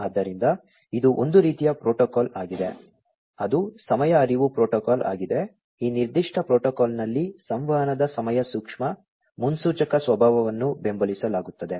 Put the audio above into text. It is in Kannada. ಆದ್ದರಿಂದ ಇದು ಒಂದು ರೀತಿಯ ಪ್ರೋಟೋಕಾಲ್ ಆಗಿದೆ ಅದು ಸಮಯ ಅರಿವು ಪ್ರೋಟೋಕಾಲ್ ಆಗಿದೆ ಈ ನಿರ್ದಿಷ್ಟ ಪ್ರೋಟೋಕಾಲ್ನಲ್ಲಿ ಸಂವಹನದ ಸಮಯ ಸೂಕ್ಷ್ಮ ಮುನ್ಸೂಚಕ ಸ್ವಭಾವವನ್ನು ಬೆಂಬಲಿಸಲಾಗುತ್ತದೆ